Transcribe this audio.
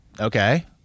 Okay